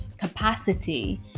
capacity